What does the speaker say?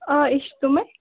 آ أسۍ چھِ تِمَے